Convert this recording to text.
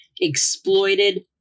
exploited